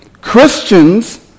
Christians